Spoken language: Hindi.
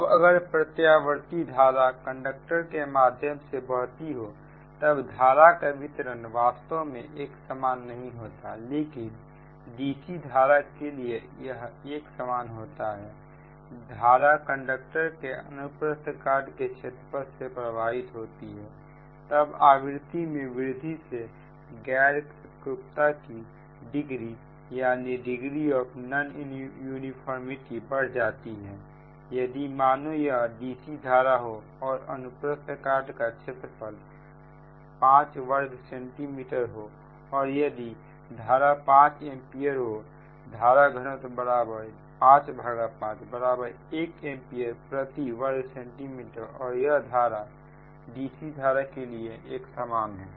अब अगर प्रत्यावर्ती धारा कंडक्टर के माध्यम से बहती हो तब धारा का वितरण वास्तव में एक समान नहीं होता लेकिन dc धारा के लिए यह एक समान होता हैधारा कंडक्टर के अनुप्रस्थ काट के क्षेत्रफल से प्रवाहित होती है तब आवृत्ति में वृद्धि से गैर एकरूपता की डिग्री बढ़ जाती है यदि मानो यह dc धारा हो और अनुप्रस्थ काट का क्षेत्रफल 5 वर्ग सेंटीमीटर हो और यदि धारा 5 एंपियर हो धारा घनत्व551 एंपियर प्रति वर्ग सेंटीमीटर और यह dc धारा के लिए एक समान है